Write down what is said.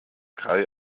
kai